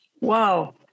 wow